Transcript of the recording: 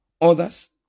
others